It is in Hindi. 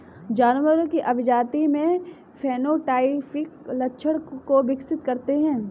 जानवरों की अभिजाती में फेनोटाइपिक लक्षणों को विकसित करते हैं